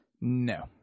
No